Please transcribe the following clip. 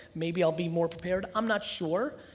maybe i'll be more prepared, i'm not sure.